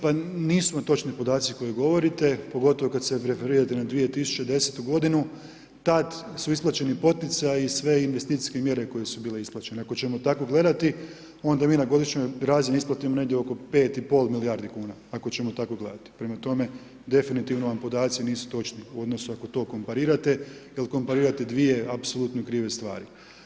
Pa nisu vam točni podaci koji govorite, pogotovo kad se referirate na 2010. godinu, tad su isplaćeni poticaji, sve investicijske mjere koje su bile isplaćene, ako ćemo tako gledati, onda mi na godišnjoj razini isplatimo negdje oko 5,5 milijardi kuna, ako ćemo tako gledati, prema tome definitivno vam podaci nisu točni u odnosu ako to komparirate, jer komparirate dvije apsolutno krive stvari.